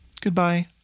Goodbye